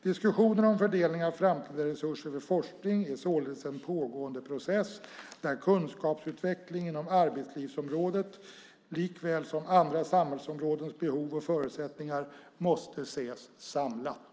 Diskussionen om fördelning av framtida resurser för forskning är således en pågående process där kunskapsutveckling inom arbetslivsområdet, likaväl som andra samhällsområdens behov och förutsättningar, måste ses samlat.